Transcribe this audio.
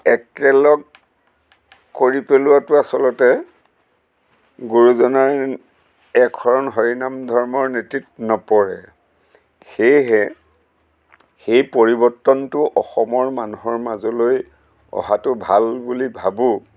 একেলগ কৰি পেলোৱাটো আচলতে গুৰুজনাৰ একশৰণ হৰিনাম ধৰ্মৰ নীতিত নপৰে সেয়েহে সেই পৰিৱৰ্তনটো অসমৰ মানুহৰ মাজলৈ অহাটো ভাল বুলি ভাবোঁ